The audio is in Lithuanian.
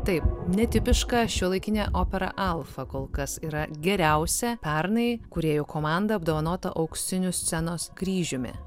tai netipiška šiuolaikinė opera alfa kol kas yra geriausia pernai kūrėjų komanda apdovanota auksiniu scenos kryžiumi